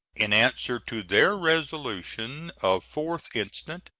in answer to their resolution of fourth instant,